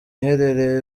iherereye